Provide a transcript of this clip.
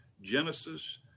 Genesis